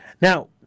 Now